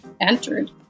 entered